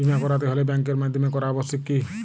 বিমা করাতে হলে ব্যাঙ্কের মাধ্যমে করা আবশ্যিক কি?